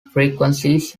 frequencies